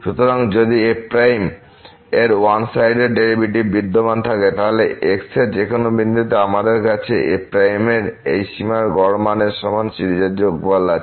সুতরাং যদি f এর ওয়ান সাইডেড ডেরিভেটিভ বিদ্যমান থাকে তাহলে x এর যেকোনো বিন্দুতে আমাদের কাছে f এর এই সীমার গড় মানের সমান সিরিজের যোগফল আছে